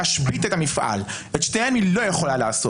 ולהשבית את המפעל את שני הדברים האלה היא לא יכולה לעשות.